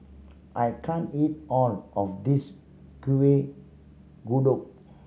I can't eat all of this Kuih Kodok